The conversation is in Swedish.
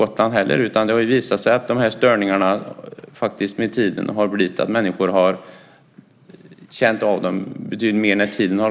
Människor har med tiden känt av dess störningar betydligt mer.